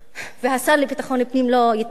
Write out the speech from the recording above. והשר לביטחון פנים לא יתפטר.